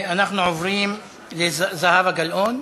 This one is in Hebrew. אנחנו עוברים לחברת הכנסת זהבה גלאון,